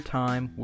time